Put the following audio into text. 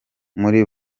muri